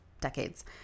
decades